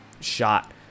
shot